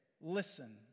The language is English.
listen